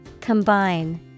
Combine